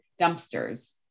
dumpsters